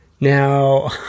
Now